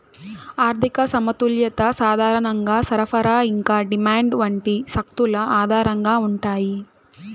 ఆర్థిక సమతుల్యత సాధారణంగా సరఫరా ఇంకా డిమాండ్ వంటి శక్తుల ఆధారంగా ఉంటాయి